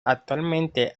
actualmente